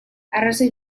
arrazoi